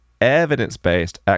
evidence-based